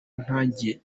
ntangiye